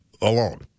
alone